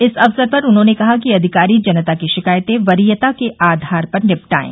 इस अवसर पर उन्होंने कहा कि अधिकारी जनता की शिकायतें वरियता के आधार पर निपटाएं